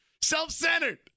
Self-centered